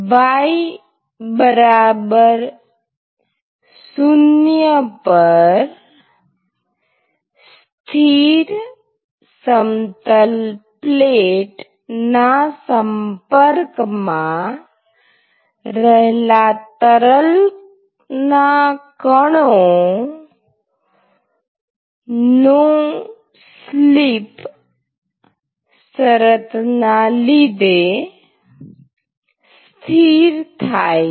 y0 પર સ્થિર સમતલ પ્લેટ ના સંપર્કમાં રહેલા તરલ ના કણો નો સ્લીપ શરત ના લીધે સ્થિર થાય છે